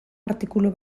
artikulu